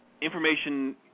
information